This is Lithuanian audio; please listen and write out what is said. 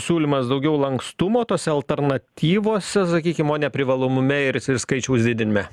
siūlymas daugiau lankstumo tose alternatyvose sakykim o ne privalomume ir skaičiaus didinime